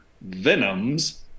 venoms